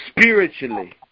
spiritually